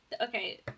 okay